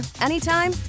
anytime